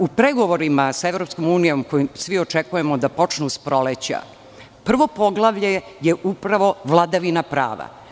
U pregovorima sa EU, koje svi očekuje da počnu s proleća, prvo poglavlje je upravo vladavina prava.